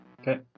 Okay